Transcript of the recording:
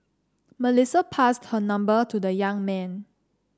Melissa passed her number to the young man